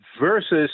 versus